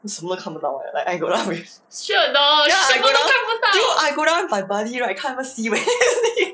什么都看不到 eh like I got ya I go down ya I go down with my buddy can't even see where is it